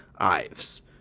Ives